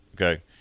okay